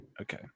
Okay